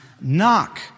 Knock